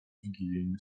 wigilijny